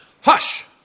hush